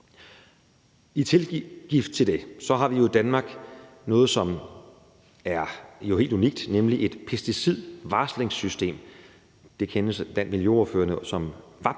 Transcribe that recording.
I tilgift til det har vi jo i Danmark noget, som er helt unikt, nemlig et pesticidvarslingssystem. Det kendes blandt miljøordførerne som VAP-systemet,